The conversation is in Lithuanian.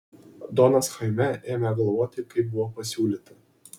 donas chaime ėmė galvoti kaip buvo pasiūlyta